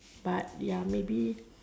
but ya maybe